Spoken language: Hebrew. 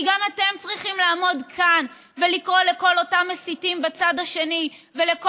כי גם אתם צריכים לעמוד כאן ולקרוא לכל אותם מסיתים בצד השני ולכל